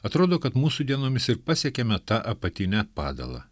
atrodo kad mūsų dienomis ir pasiekiame tą apatinę padalą